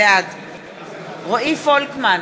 בעד רועי פולקמן,